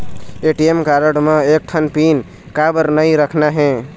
ATM card म एक ठन पिन काबर नई रखना हे?